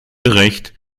gerecht